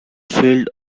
field